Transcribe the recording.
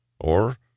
Or